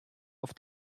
auf